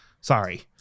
Sorry